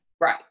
Right